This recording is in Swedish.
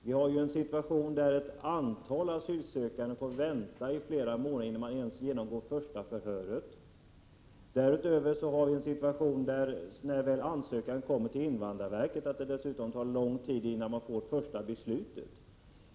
Vi har ju en situation där ett antal asylsökande får vänta i flera månader innan de ens genomgår det första förhöret. Därutöver har vi en situation som innebär att det, när ansökan väl kommer till invandrarverket, tar lång tid innan man får det första beslutet.